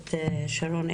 הכנסת שרון.